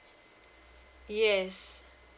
yes